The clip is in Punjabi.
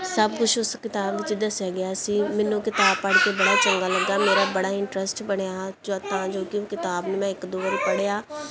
ਸਭ ਕੁਛ ਉਸ ਕਿਤਾਬ ਵਿੱਚ ਦੱਸਿਆ ਗਿਆ ਸੀ ਮੈਨੂੰ ਕਿਤਾਬ ਪੜ੍ਹ ਕੇ ਬੜਾ ਚੰਗਾ ਲੱਗਾ ਮੇਰਾ ਬੜਾ ਇੰਟਰਸਟ ਬਣਿਆ ਤਾਂ ਜੋ ਕਿ ਉਹ ਕਿਤਾਬ ਨੂੰ ਮੈਂ ਇੱਕ ਦੋ ਵਾਰੀ ਪੜ੍ਹਿਆ